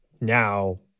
now